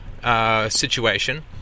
Situation